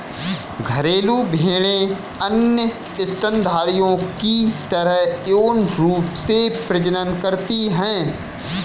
घरेलू भेड़ें अन्य स्तनधारियों की तरह यौन रूप से प्रजनन करती हैं